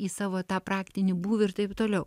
į savo tą praktinį būvį ir taip toliau